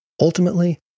Ultimately